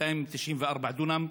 294 דונם,